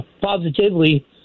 positively